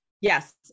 Yes